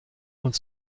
und